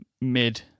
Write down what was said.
mid